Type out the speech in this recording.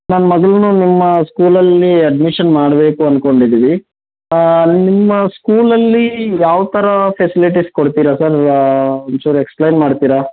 ನನ್ನ ಮಗಳನ್ನ ನಿಮ್ಮ ಸ್ಕೂಲಲ್ಲಿ ಅಡ್ಮಿಷನ್ ಮಾಡಬೇಕು ಅಂದ್ಕೊಂಡಿದ್ದೀವಿ ನಿಮ್ಮ ಸ್ಕೂಲಲ್ಲಿ ಯಾವ ಥರ ಫೆಸಿಲಿಟಿಸ್ ಕೊಡ್ತೀರಿ ಸರ್ ಒಂಚೂರು ಎಕ್ಸ್ಪ್ಲೈನ್ ಮಾಡ್ತೀರಾ